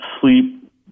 Sleep